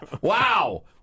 Wow